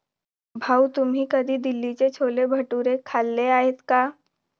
भाऊ, तुम्ही कधी दिल्लीचे छोले भटुरे खाल्ले आहेत का?